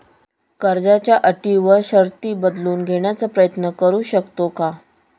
कर्जाच्या अटी व शर्ती बदलून घेण्याचा प्रयत्न करू शकतो का?